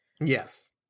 Yes